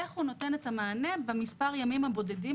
איך הם נותנים את המענה במספר הימים הבודדים